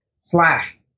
slash